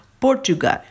Portugal